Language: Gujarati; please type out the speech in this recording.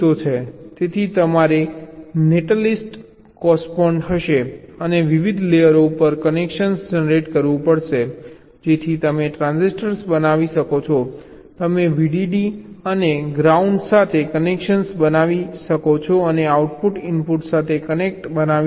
તેથી તમારે આ નેટલિસ્ટને કોરસ્પોન્ડ હશે અને વિવિધ લેયરો ઉપર કનેક્શન જનરેટ કરવું પડશે જેથી તમે ટ્રાન્ઝિસ્ટર બનાવી શકો તમે VDD અને ગ્રાઉન્ડ સાથે કનેક્શન બનાવી શકો અને આઉટપુટ અને ઇનપુટ્સ સાથે પણ કનેક્શન બનાવી શકો